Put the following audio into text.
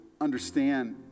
understand